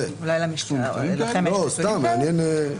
זה מעניין.